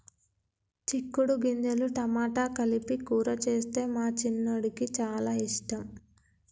చిక్కుడు గింజలు టమాటా కలిపి కూర చేస్తే మా చిన్నోడికి చాల ఇష్టం